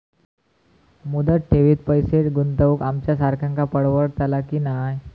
मुदत ठेवीत पैसे गुंतवक आमच्यासारख्यांका परवडतला की नाय?